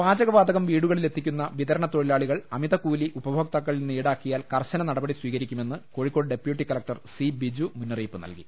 പാചകവാതകം വീടുകളിൽ എത്തിക്കുന്ന വിതരണ തൊഴി ലാളികൾ അമിതകൂലി ഉപഭോക്താക്കളിൽ നിന്ന് ഈടാക്കിയാൽ കർശന നടപടി സ്വീകരിക്കുമെന്ന് Kozhikode deputy collector C Biju മുന്നറിയിപ്പ് നൽകി